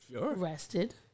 rested